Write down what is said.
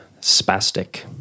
Spastic